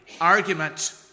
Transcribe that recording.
argument